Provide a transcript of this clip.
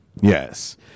Yes